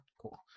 Cool